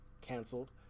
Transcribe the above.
canceled